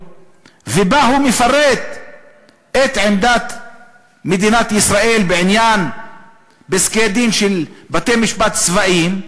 ובה הוא מפרט את עמדת מדינת ישראל בעניין פסקי-דין של בתי-משפט צבאיים,